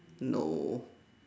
no